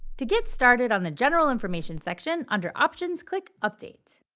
to get started on the general information section, under options, click update.